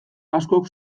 askok